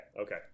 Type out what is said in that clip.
Okay